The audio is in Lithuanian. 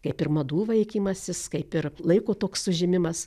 kaip ir madų vaikymasis kaip ir laiko toks užėmimas